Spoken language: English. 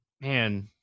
Man